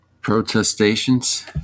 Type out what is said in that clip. Protestations